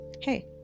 Hey